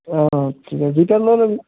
অ ঠিক আছে জিপে'ত লৈ ল'বি